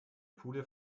pudel